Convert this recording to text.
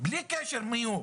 בלי קשר מי הוא.